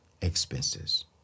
expenses